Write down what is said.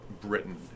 Britain